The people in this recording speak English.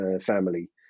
family